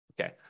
Okay